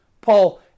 Paul